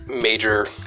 major